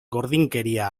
gordinkeria